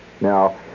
Now